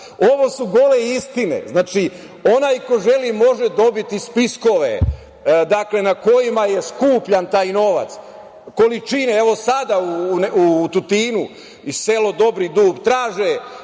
su gole istine. Znači, onaj ko želi može dobiti spiskove, dakle, na kojima je skupljan taj novac, količine, evo sada u Tutinu, selo Dobri Dug traže